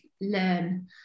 learn